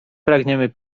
pragniemy